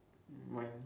mine